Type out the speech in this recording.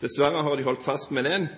Dessverre har de holdt fast ved den.